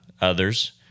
others